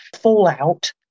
fallout